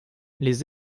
les